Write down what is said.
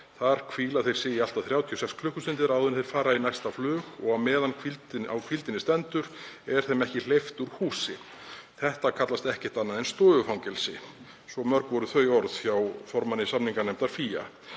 Þar hvíla þeir sig í allt að 36 klst. áður en þeir fara í næsta flug og á meðan á hvíldinni stendur er þeim ekki hleypt úr húsi. Þetta kallast ekkert annað en stofufangelsi …“ Svo mörg voru þau orð hjá formanni samninganefndar FÍA.